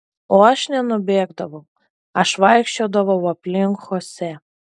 o aš nenubėgdavau aš vaikščiodavau aplink chosė